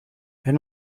wenn